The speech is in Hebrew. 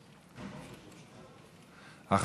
11233, 11238 ו-11246.